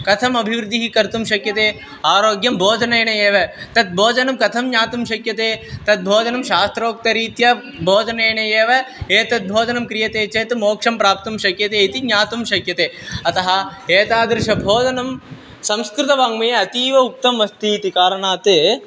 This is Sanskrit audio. कथम् अभिवृद्धिः कर्तुं शक्यते आरोग्यं भोजनेन एव तद्भोजनं कथं ज्ञातुं शक्यते तद्भोजनं शास्त्रोक्तरीत्या भोजनेन एव एतत् भोजनं क्रियते चेत् मोक्षं प्राप्तुं शक्यते इति ज्ञातुं शक्यते अतः एतादृशभोजनं संस्कृतवाङ्मये अतीव उक्तमस्ति इति कारणात्